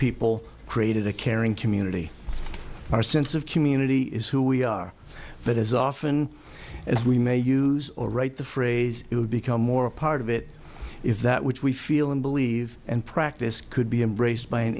people created a caring community our sense of community is who we are but as often as we may use or write the phrase it will become more a part of it if that which we feel and believe and practice could be embraced by an